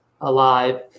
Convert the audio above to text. alive